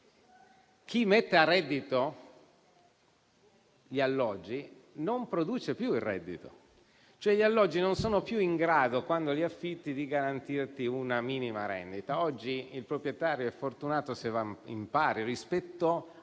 chi mette a reddito gli alloggi non produce più reddito, cioè gli alloggi non sono più in grado, quando li affitti, di garantire una minima rendita. Oggi il proprietario è fortunato se va in pari rispetto a